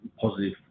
positive